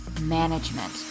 management